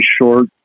short